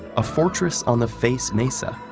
a fortress on the face mesa?